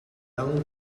out